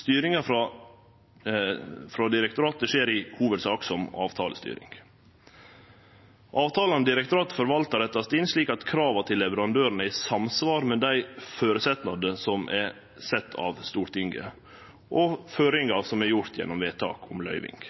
Styringa frå direktoratet skjer i hovudsak som avtalestyring. Avtalane direktoratet forvaltar, rettast inn slik at krava til leverandøren er i samsvar med føresetnadene som er sette av Stortinget, og føringar som er gjorde gjennom vedtak om løyving.